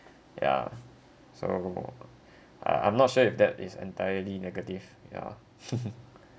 ya so ah I'm not sure if that is entirely negative yeah